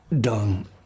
dung